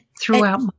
throughout